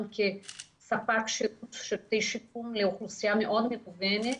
כספק שירות לאוכלוסייה מאוד מגוונת.